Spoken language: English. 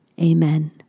Amen